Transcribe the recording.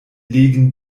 legen